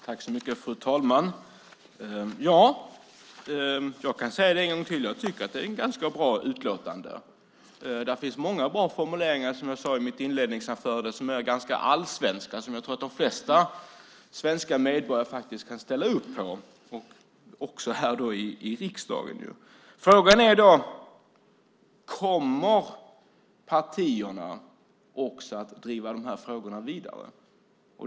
Fru talman! Ja, jag kan en gång till säga att jag tycker att det är ett ganska bra utlåtande. Där finns det många bra formuleringar som, som jag sade i mitt inledande anförande, är ganska allsvenska och som jag tror att de flesta svenska medborgare kan ställa upp på dem - det gäller också här i riksdagen. Frågan är om partierna också kommer att driva de här frågorna vidare.